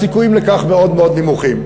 הסיכויים לכך מאוד מאוד נמוכים.